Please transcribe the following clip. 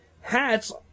hats